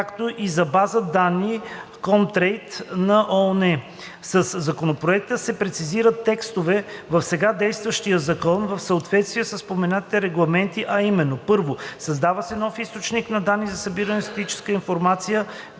както и за база данни COMTRADE на ООН. Със Законопроекта се прецизират текстове в сега действащия закон в съответствие със споменатите регламенти, а именно: 1. Създава се нов източник на данни за събиране на статистически данни